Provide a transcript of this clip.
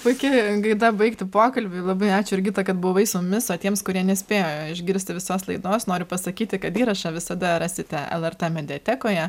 puikia gaida baigti pokalbį labai ačiū jurgita kad buvai su mumis o tiems kurie nespėjo išgirsti visos laidos noriu pasakyti kad įrašą visada rasite lrt mediatekoje